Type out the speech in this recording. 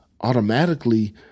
automatically